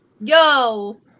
Yo